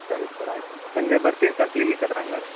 ಸರಿ ಸರ್ ಆಯಿತು ಸಂಜೆ ಬರ್ತೀನಿ ಸರ್ ಕ್ಲಿನಿಕ್ ಹತ್ತಿರ ಹಾಗಾದ್ರೆ